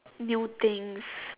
new things